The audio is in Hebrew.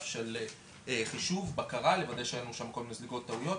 של חישוב ובקרה כדי לוודא שאין לנו שם זליגות של טעויות.